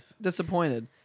disappointed